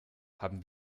haben